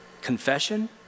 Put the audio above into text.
confession